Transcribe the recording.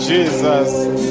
Jesus